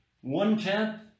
One-tenth